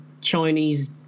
Chinese